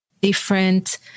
different